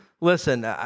listen